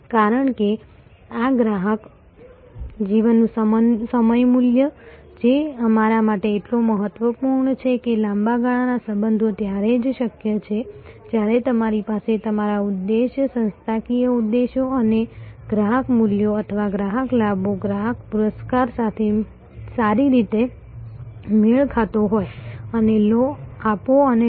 કારણ કે આ ગ્રાહક જીવન સમય મૂલ્ય જે અમારા માટે એટલો મહત્વપૂર્ણ છે કે લાંબા ગાળાના સંબંધો ત્યારે જ શક્ય છે જ્યારે તમારી પાસે તમારા ઉદ્દેશ્ય સંસ્થાકીય ઉદ્દેશ્યો અને ગ્રાહક મૂલ્યો અથવા ગ્રાહક લાભો ગ્રાહક પુરસ્કારો સાથે સારી રીતે મેળ ખાતો હોય અને લો આપો અને લો